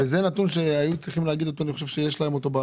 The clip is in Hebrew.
זה נתון שהיו צריכים לומר אותו ואני חושב שיש להם אותו.